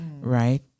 Right